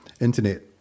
internet